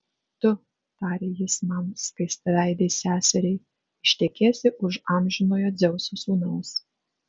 tu tarė jis mano skaistaveidei seseriai ištekėsi už amžinojo dzeuso sūnaus